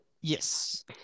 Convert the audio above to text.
Yes